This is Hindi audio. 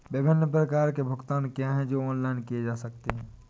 विभिन्न प्रकार के भुगतान क्या हैं जो ऑनलाइन किए जा सकते हैं?